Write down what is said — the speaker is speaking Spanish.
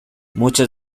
muchas